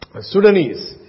Sudanese